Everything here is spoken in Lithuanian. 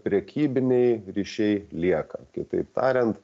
prekybiniai ryšiai lieka kitaip tariant